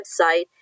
website